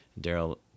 Daryl